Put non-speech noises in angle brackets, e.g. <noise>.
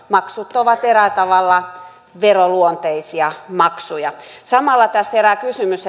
maksut ovat eräällä tavalla veroluonteisia maksuja samalla tässä herää kysymys <unintelligible>